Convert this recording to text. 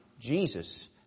Jesus